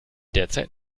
derzeit